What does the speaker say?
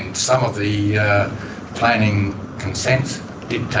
some of the yeah planning consents did